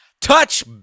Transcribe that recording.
Touch